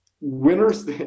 Winners